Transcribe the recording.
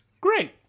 Great